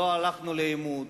לא הלכנו לעימות,